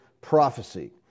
prophecy